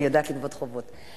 אני יודעת לגבות חובות.